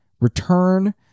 Return